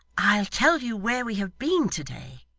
i'll tell you where we have been to-day,